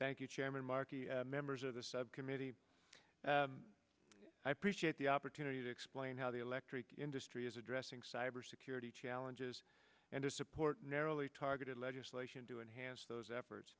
thank you chairman markey members of the subcommittee i appreciate the opportunity to explain how the electric industry is addressing cyber security challenges and our support narrowly targeted legislation to enhance those efforts